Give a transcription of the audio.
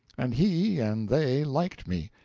and he and they liked me,